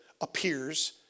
appears